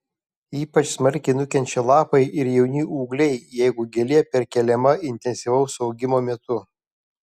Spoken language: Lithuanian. ypač smarkiai nukenčia lapai ir jauni ūgliai jeigu gėlė perkeliama intensyvaus augimo metu